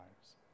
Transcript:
lives